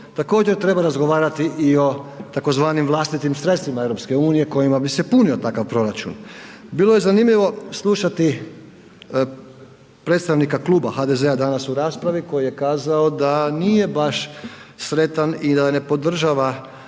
Također treba razgovarati i o tzv. vlastitim sredstvima EU kojima bi se punio takav proračun. Bilo je zanimljivo slušati predstavnika klub HDZ-a danas u raspravi koji je kazao da nije baš sretan i da ne podržava